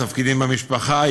תפקידים במשפחה,